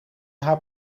haar